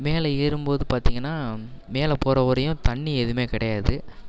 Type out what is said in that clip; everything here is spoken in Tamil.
மேலே ஏறும்போது பார்த்தீங்கன்னா மேலே போகிற வரையும் தண்ணி எதுவுமே கிடையாது